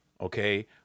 okay